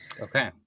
okay